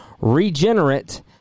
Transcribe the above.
regenerate